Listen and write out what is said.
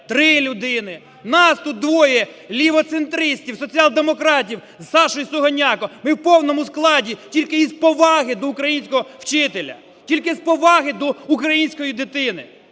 три людини, нас тут двоє лівоцентристів соціал-демократів зСашою Сугоняко, ми в повному складі тільки із поваги до українського вчителя, тільки з поваги до української дитини.